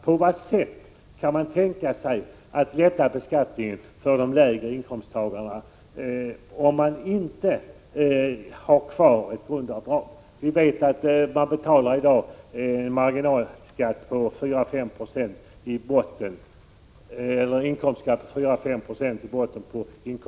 På vad sätt kan man tänka sig att lätta beskattningen för de lägre inkomsttagarna, om man inte har kvar ett grundavdrag? Vi vet att marginalskatten i dag är 4-5 96 i botten på inkomstskattelistan.